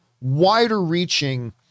wider-reaching